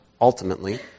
ultimately